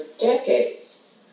decades